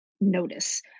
notice